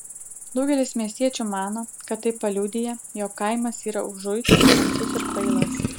daugelis miestiečių mano kad tai paliudija jog kaimas yra užuitas tamsus ir kvailas